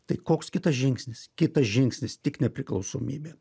tai koks kitas žingsnis kitas žingsnis tik nepriklausomybė